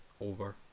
over